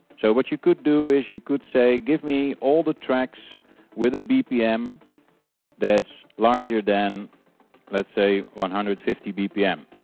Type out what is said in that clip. so what you could do is, you could say give me all the tracks with a bpm thats larger than let's say one hundred and fifty bpm.